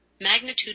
Magnitude